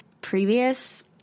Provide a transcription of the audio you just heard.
previous